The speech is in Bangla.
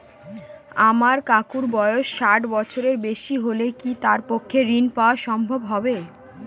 আমার কাকুর বয়স ষাট বছরের বেশি হলে কি তার পক্ষে ঋণ পাওয়া সম্ভব হবে?